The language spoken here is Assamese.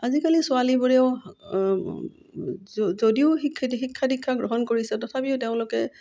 আজিকালি ছোৱালীবোৰেও যদিও শিক্ষিত শিক্ষা দীক্ষা গ্ৰহণ কৰিছে তথাপিও তেওঁলোকে